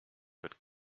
but